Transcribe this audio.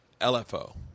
LFO